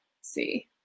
see